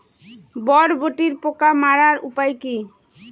বরবটির পোকা মারার উপায় কি?